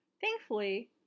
Thankfully